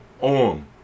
on